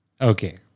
Okay